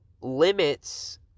limits